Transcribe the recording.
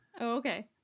okay